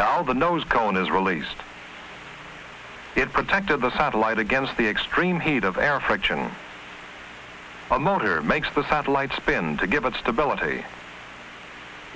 now the nose cone is released it protected the satellite against the extreme heat of air friction a motor makes the satellite spin to give it stability